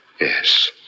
Yes